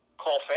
call